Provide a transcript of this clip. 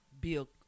Bill